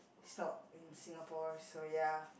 it's not in Singapore so ya